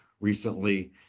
recently